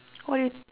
who are you